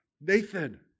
Nathan